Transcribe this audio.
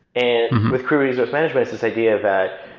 and with crew resource management, this idea that